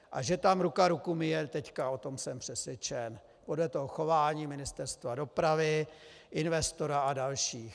A že tam ruka ruku myje teď, o tom jsem přesvědčen podle chování Ministerstva dopravy, investora a dalších.